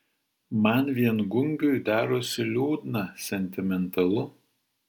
man viengungiui darosi liūdna sentimentalu